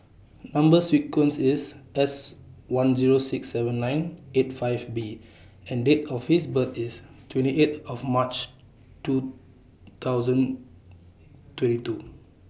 Number sequence IS S one Zero six seven nine eight five B and Date of birth IS twenty eight of March two thousand twenty two